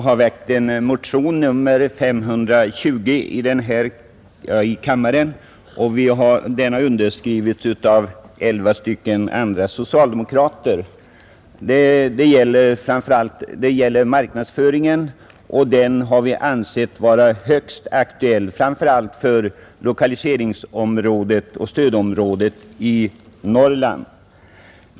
Herr talman! Tillsammans med elva andra socialdemokrater har jag väckt motionen 520. Den gäller marknadsföringen, som vi ansett vara högst aktuell framför allt för stödområdet i Norrland.